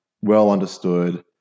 well-understood